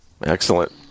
Excellent